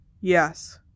Yes